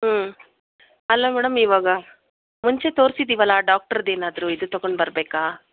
ಹ್ಞೂ ಅಲ್ಲ ಮೇಡಮ್ ಇವಾಗ ಮುಂಚೆ ತೋರಿಸಿದೀವಲ್ಲ ಆ ಡಾಕ್ಟ್ರದ್ದು ಏನಾದರು ಇದು ತಗೊಂಡು ಬರಬೇಕಾ